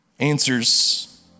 answers